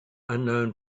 unknown